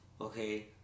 Okay